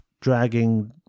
dragging